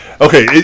Okay